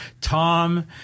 Tom